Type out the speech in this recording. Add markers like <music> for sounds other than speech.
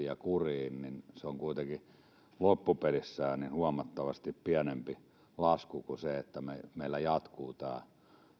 <unintelligible> ja kuriin siitä on kuitenkin loppupelissä huomattavasti pienempi lasku kuin siitä että meillä jatkuu tämä